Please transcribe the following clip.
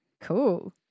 Cool